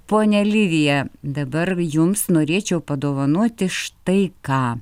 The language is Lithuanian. ponia lidija dabar jums norėčiau padovanoti štai ką